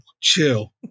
chill